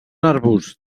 arbusts